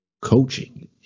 coaching